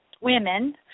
women